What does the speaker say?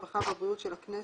הרווחה והבריאות של הכנסת,